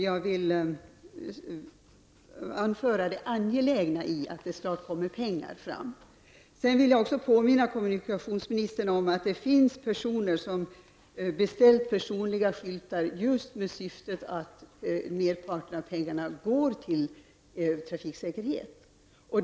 Jag vill betona det angelägna i att det snart kommer fram pengar. Jag vill också påminna kommunikationsministern om att det finns personer som beställt personliga skyltar med syftet att merparten av pengarna skall gå till trafiksäkerhet.